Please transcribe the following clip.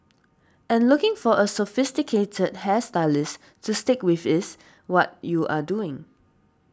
and looking for a sophisticated hair stylist to stick with is what you are doing